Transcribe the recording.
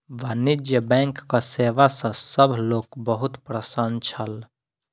वाणिज्य बैंकक सेवा सॅ सभ लोक बहुत प्रसन्न छल